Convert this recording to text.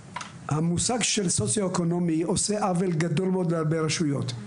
המושג של סוציואקונומי עושה עוול גדול מאוד להרבה רשויות.